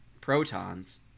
protons